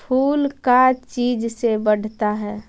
फूल का चीज से बढ़ता है?